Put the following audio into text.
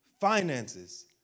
Finances